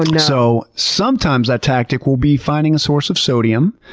and so sometimes that tactic will be finding a source of sodium,